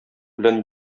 белән